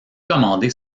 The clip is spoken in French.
commander